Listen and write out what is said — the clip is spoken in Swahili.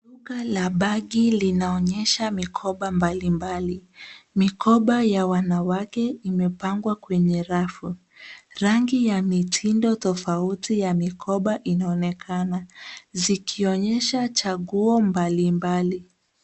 Duka la bagi linaonyesha mikoba mbalimbali, mikoba ya wanawake imepangwa kwenye rafu. Rangi ya mitindo tofauti ya mikoba inaonekana zikionyesha chaguo mbalimbali.